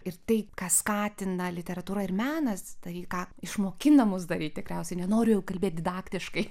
ir tai ką skatina literatūra ir menas tai ką išmokina mus daryt tikriausiai nenoriu jau kalbėt didaktiškai